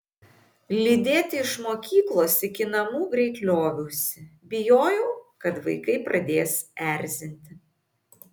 lydėti iš mokyklos iki namų greit lioviausi bijojau kad vaikai pradės erzinti